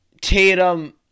Tatum